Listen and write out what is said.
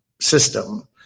system